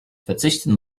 verzichten